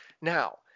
Now